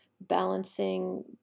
balancing